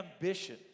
ambition